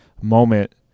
moment